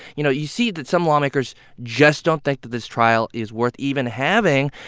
you know, you see that some lawmakers just don't think that this trial is worth even having,